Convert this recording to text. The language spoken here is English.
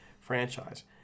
franchise